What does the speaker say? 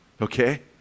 Okay